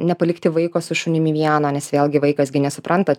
nepalikti vaiko su šunimi vieno nes vėlgi vaikas gi nesupranta